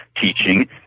teaching